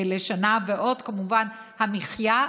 ועוד כמובן המחיה,